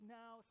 now